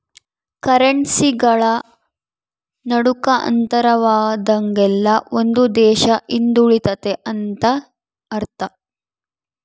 ಕರೆನ್ಸಿಗಳ ನಡುಕ ಅಂತರವಾದಂಗೆಲ್ಲ ಒಂದು ದೇಶ ಹಿಂದುಳಿತೆತೆ ಅಂತ ಅರ್ಥ